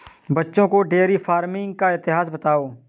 बच्चों को dairy farming का इतिहास बताओ